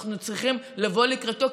אנחנו צריכים לבוא לקראתו,